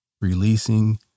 releasing